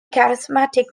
charismatic